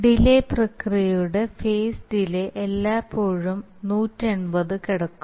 delay പ്രക്രിയയുടെ phase delay എല്ലായ്പ്പോഴും 180 കടക്കും